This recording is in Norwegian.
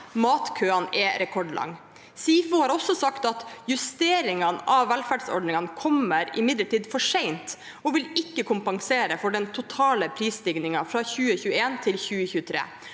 matkøene er rekordlange. SIFO har også sagt at justeringene av velferdsordningene imidlertid kommer for sent og ikke vil kompensere for den totale prisstigningen fra 2021 til 2023.